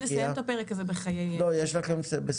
יש לכם עוד איזה 200 להשקיע.